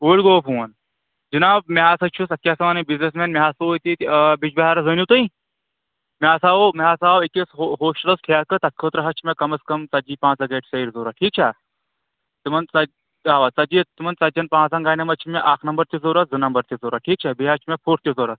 کوٚنڈ گوٚوا فون جِناب مےٚ ہسا چھُ سُہ کیٛاہ سا وَنٕنۍ بِزنِس مین مےٚ ہسو ییٚتہِ بِجہِ بہارَس زٲنِو تُہۍ مےٚ ہسا آو مےٚ ہسا آو أکِس ہوسٹَلَس ٹھیکہٕ تَتھ خٲطرٕ حظ چھِ مےٚ کَم از کَم ژَتجی پانٛژَاہ گاڑِ سَیٚرِ ضوٚرَتھ ٹھیٖک چھا تِمَن ژَت ژَتجی تِمَن ژَتجیٚن پانٛژہَن گاڑٮ۪ن منٛز چھِ مےٚ اَکھ نمبر تہِ ضوٚرتھ زٕ نمبر تہِ ضوٚرتھ ٹھیٖک چھا بیٚیہِ حظ چھِ مےٚ فُٹ تہِ ضوٚرَتھ